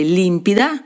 limpida